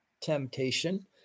temptation